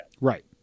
Right